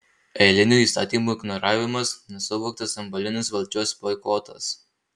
eilinių įstatymų ignoravimas nesuvoktas simbolinis valdžios boikotas